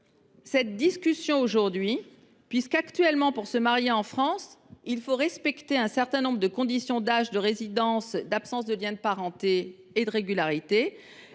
ce sujet aujourd’hui. Actuellement, pour se marier en France, il faut respecter un certain nombre de conditions d’âge, de résidence, d’absence de lien de parenté et de régularité.